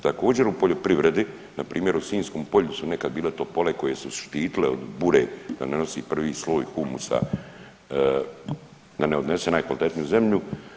Također u poljoprivredi, na primjer u Sinjskom polju su nekad bile topole koje su štitile od bure da ne nosi prvi sloj humusa, da ne odnese najkvalitetniju zemlju.